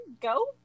Go